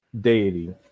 deity